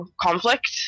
conflict